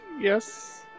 Yes